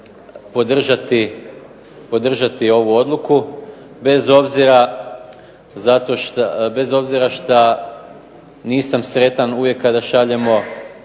podržati ovu odluku, bez obzira što nisam sretan uvijek kada šaljemo